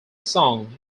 song